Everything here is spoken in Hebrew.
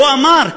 הוא אמר,